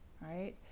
right